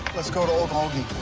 let's go to ocmulgee.